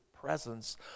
presence